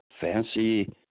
fancy